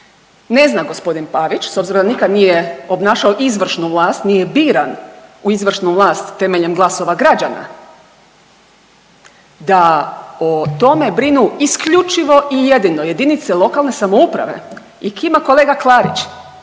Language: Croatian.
Ne zna g. Pavić s obzirom da nikad nije obnašao izvršnu vlast, nije biran u izvršnu vlast temeljem glasova građana da o tome brinu isključivo i jedino jedinice lokalne samouprave. I kima kolega Klarić